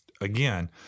again